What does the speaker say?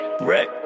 wreck